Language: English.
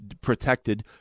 protected